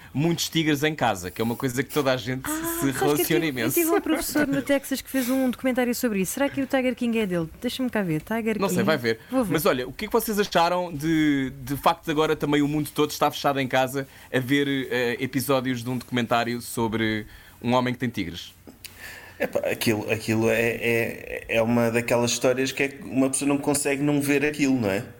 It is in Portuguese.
Muitos tigres em casa, que é uma coisa que toda a gente se- Ah, se sabes que eu relaciona tive- eu imenso. tive um professor no Texas que fez um documentário sobre isso. Será que o Tiger King é dele? Deixa-me cá ver. Tiger Não sei, King. vai ver. Vou ver. Mas olha, o que é que vocês acharam de- de facto de agora também o mundo todo está fechado em casa a ver, eh, episódios de um documentário sobre um homem que tem tigres? Epá, aquilo- aquilo é- é- é uma daquelas histórias que é que uma pessoa não consegue não ver aquilo, não é?